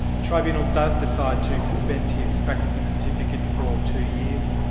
the tribunal does decide to suspend his practising certificate for two years.